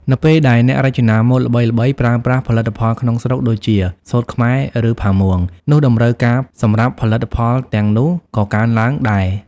នៅពេលដែលអ្នករចនាម៉ូដល្បីៗប្រើប្រាស់ផលិតផលក្នុងស្រុក ដូចជា សូត្រខ្មែរ ឬ ផាមួង នោះតម្រូវការសម្រាប់ផលិតផលទាំងនោះក៏កើនឡើងដែរ។